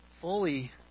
fully